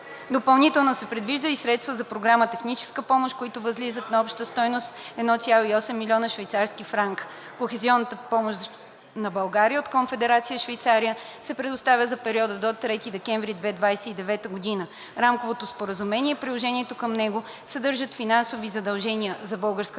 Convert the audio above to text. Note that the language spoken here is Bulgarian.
Допълнително се предвиждат и средства за Програма „Техническа помощ“, които възлизат на обща стойност 1,8 милиона швейцарски франка. Кохезионна помощ на България от Конфедерация Швейцария се предоставя за периода до 3 декември 2029 г. Рамковото споразумение и приложението към него съдържат финансови задължения за българската